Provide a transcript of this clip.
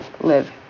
live